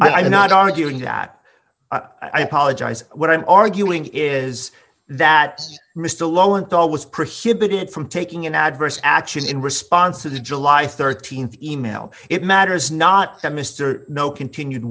i'm not arguing that i apologize what i'm arguing is that mr lowenthal was prohibited from taking an adverse action in response to the july th e mail it matters not to mr know continued